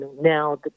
now